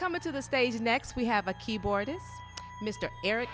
coming to the stage next we have a keyboard mr eric